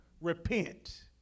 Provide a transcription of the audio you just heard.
Repent